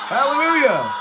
Hallelujah